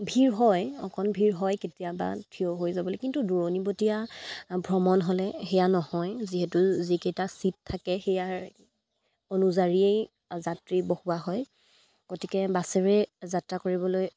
ভিৰ হয় অকণ ভিৰ হয় কেতিয়াবা থিয় হৈ যাবলে কিন্তু দূৰণিবতীয়া ভ্ৰমণ হ'লে সেয়া নহয় যিহেতু যিকেইটা ছিট থাকে সেয়াৰ অনুযায়ীয়েই যাত্ৰী বহোৱা হয় গতিকে বাছেৰে যাত্ৰা কৰিবলৈ